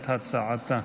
(תיקון,